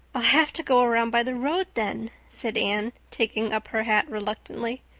i'll have to go around by the road, then, said anne, taking up her hat reluctantly.